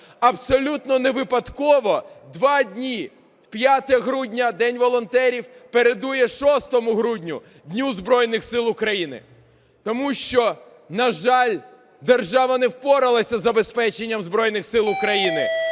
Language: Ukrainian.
Абсолютно невипадково два дні, 5 грудня – День волонтерів передує 6 грудню – Дню Збройних Сил України, тому що, на жаль, держава не впоралася із забезпеченням Збройних Сил України,